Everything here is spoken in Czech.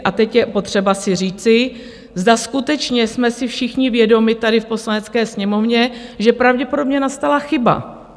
A teď je potřeba si říci, zda skutečně jsme si všichni vědomi tady v Poslanecké sněmovně, že pravděpodobně nastala chyba.